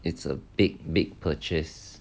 it's a big big purchase